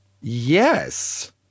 Yes